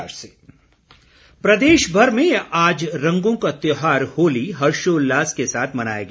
होली प्रदेश भर में आज रंगों का त्योहार होली हर्षोल्लास के साथ मनाया गया